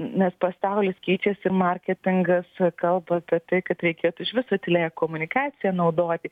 nes pasaulis keičiasi marketingas kalba apie tai kad reikėtų iš viso tyliąją komunikaciją naudoti